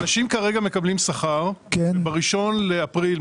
אנשים כרגע מקבלים שכר וב-1 באפריל,